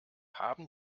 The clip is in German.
haben